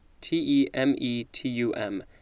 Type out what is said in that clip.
T-E-M-E-T-U-M